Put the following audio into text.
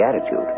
attitude